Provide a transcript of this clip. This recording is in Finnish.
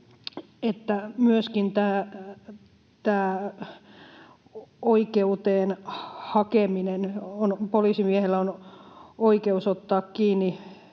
että on myöskin tämä oikeuteen hakeminen: Poliisimiehellä on oikeus ottaa kiinni